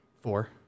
Four